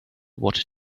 what